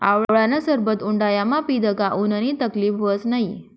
आवळानं सरबत उंडायामा पीदं का उननी तकलीब व्हस नै